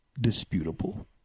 disputable